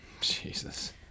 Jesus